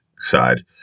side